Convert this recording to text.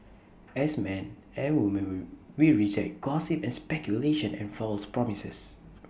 as men and woman we we reject gossip and speculation and false promises